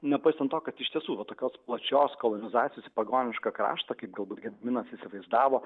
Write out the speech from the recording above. nepaisant to kad iš tiesų va tokios plačios kolonizacijos pagonišką kraštą kaip galbūt gediminas įsivaizdavo